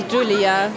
Julia